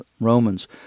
Romans